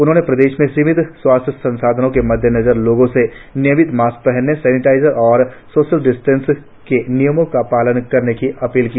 उन्होंने प्रदेश में सीमित स्वास्थ्य संसाधनों के मद्देनजर लोगों से नियमित मास्क लगाने सेनिटाइजेशन और सोशल डिस्टेंसिं के नियमों का पालन करने की अपील की